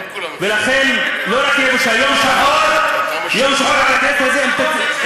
לכן זה יום שחור לכנסת הזאת,